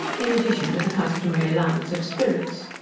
in addition to the customary allowance of spirits.